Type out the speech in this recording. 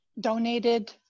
donated